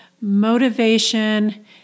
Motivation